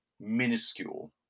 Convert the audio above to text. minuscule